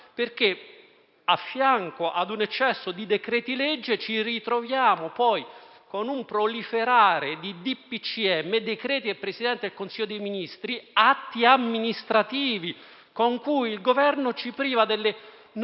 a fianco a un eccesso di decreti-legge, ci ritroviamo anche un proliferare di decreti del Presidente del Consiglio dei ministri, atti amministrativi con cui il Governo ci priva delle nostre